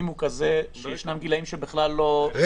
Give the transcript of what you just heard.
הוא כזה שישנם גילאים שבכלל לא --- רגע,